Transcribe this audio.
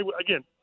Again